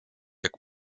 jak